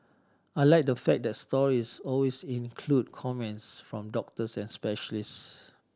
I like the fact that the stories always include comments from doctors and specialists